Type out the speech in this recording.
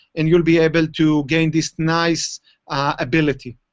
and you'll be able to gain this nice ability.